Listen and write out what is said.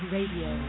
Radio